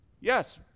Yes